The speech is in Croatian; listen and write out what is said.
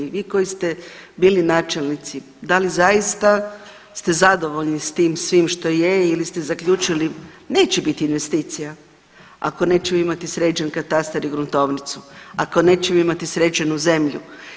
Vi koji ste bili načelnici, da li zaista se zadovoljni s tim svim što je ili ste zaključili neće biti investicija ako nećemo imati sređen katastar i gruntovnicu, ako nećemo imati sređenu zemlju.